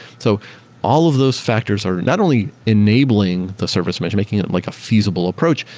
so all of those factors are not only enabling the service measure, making it and like a feasible approach,